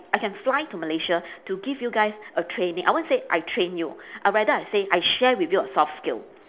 I can fly to malaysia to give you guys a training I won't say I train you I rather I say I share with you a soft skill